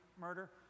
murder